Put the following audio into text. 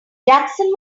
jackson